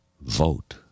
vote